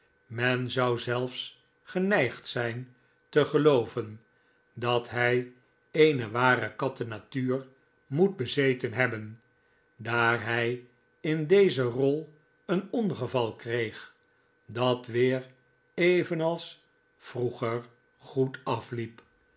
men zou zelfs geneigd zijn te gelooven dat hij eene ware katten natuur moet bezeten hebben daar hij in deze rol een ongeval kreeg dat weer evenals vroeger goed ailiep